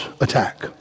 attack